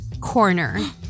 corner